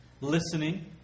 listening